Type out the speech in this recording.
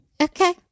okay